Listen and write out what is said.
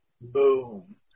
Boom